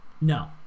No